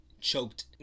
choked